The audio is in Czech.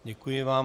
Děkuji vám.